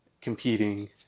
Competing